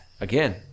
again